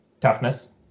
toughness